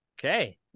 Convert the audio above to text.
okay